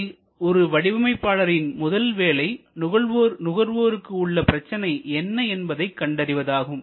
இதில் ஒரு வடிவமைப்பாளரின் முதல் வேலை நுகர்வோருக்கு உள்ள பிரச்சனை என்ன என்பதை கண்டறிவது ஆகும்